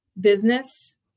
business